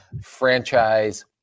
franchise